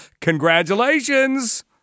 congratulations